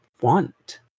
want